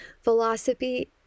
philosophy